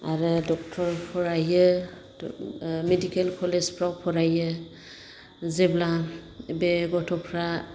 आरो ड'क्टर फरायो ओ मिडिकेल कलेजफ्राव फरायो जेब्ला बे गथ'फ्रा